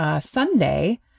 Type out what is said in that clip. Sunday